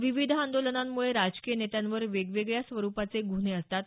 विविध आंदोलनांमुळे राजकीय नेत्यांवर वेगवेगळ्या स्वरूपाचे गुन्हे असतात